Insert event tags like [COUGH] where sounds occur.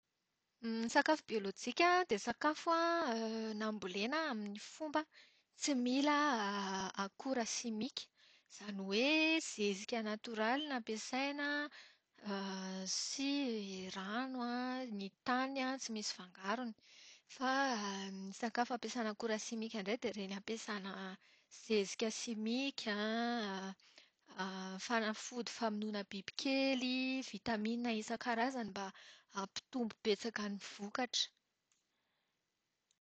Ny sakafo biolojika dia sakafo nambolena amin'ny fomba tsy mila [HESITATION] akora simika. Izany hoe zezika natoraly no ampiasaina, [HESITATION] sy rano an, ny tany tsy misy fangarony. Fa ny sakafo ampiasàna akora simika indray dia ireny sakafo ampiasàna zezika simika, [HESITATION] fanafody famonoana bibikely, vitamina isan-karazany mba hampitombo betsaka ny vokatra.